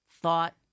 thought